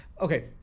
okay